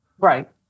Right